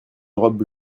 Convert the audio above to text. robe